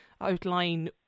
outline